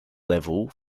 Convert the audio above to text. level